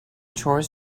chores